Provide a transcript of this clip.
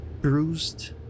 bruised